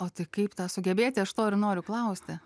o tai kaip tą sugebėti aš to ir noriu klausti